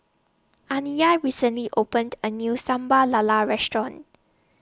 Aniyah recently opened A New Sambal Lala Restaurant